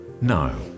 no